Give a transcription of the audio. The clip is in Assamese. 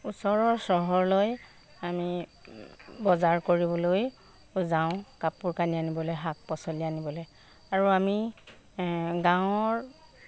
ওচৰৰ চহৰলৈ আমি বজাৰ কৰিবলৈ যাওঁ কাপোৰ কানি আনিবলৈ শাক পাচলি আনিবলৈ আৰু আমি গাঁৱৰ